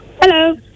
Hello